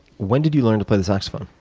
when did you learn to play the saxophone?